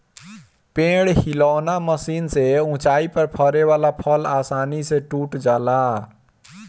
पेड़ हिलौना मशीन से ऊंचाई पर फरे वाला फल आसानी से टूट जाला